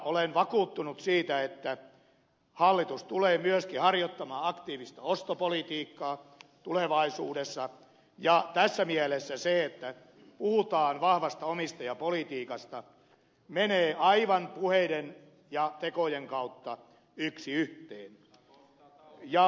olen vakuuttunut siitä että hallitus tulee myöskin harjoittamaan aktiivista ostopolitiikkaa tulevaisuudessa ja tässä mielessä se että puhutaan vahvasta omistajapolitiikasta menee aivan puheiden ja tekojen kautta yksi yhteen